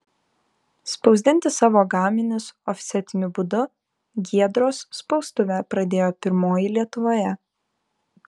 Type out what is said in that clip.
spausdinti savo gaminius ofsetiniu būdu giedros spaustuvė pradėjo pirmoji lietuvoje